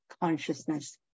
consciousness